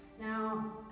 Now